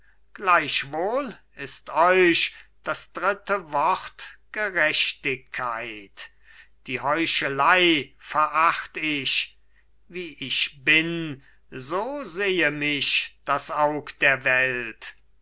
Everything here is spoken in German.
gleichwohl ist euch das dritte wort gerechtigkeit die heuchelei veracht ich wie ich bin so sehe mich das aug der welt